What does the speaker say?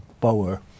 power